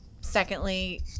secondly